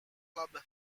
club